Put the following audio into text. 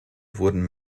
wurden